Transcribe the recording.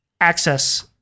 access